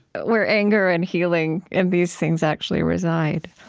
where anger and healing and these things actually reside